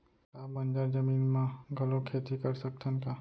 का बंजर जमीन म घलो खेती कर सकथन का?